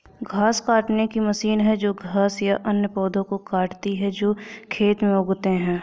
घास काटने की मशीन है जो घास या अन्य पौधों को काटती है जो खेत में उगते हैं